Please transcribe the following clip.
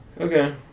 Okay